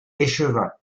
échevin